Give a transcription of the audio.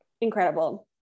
Incredible